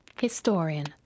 Historian